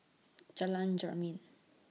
Jalan Jermin